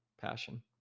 passion